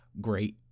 great